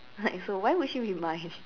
like so why would she read mine